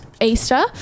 Easter